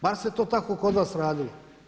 Bar se to tako kod vas radilo.